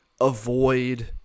avoid